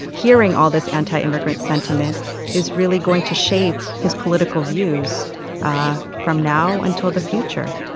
hearing all this anti-immigrant sentiment is really going to shape his political views from now until the future